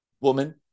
woman